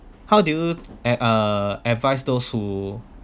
how do you ad~ uh advise those who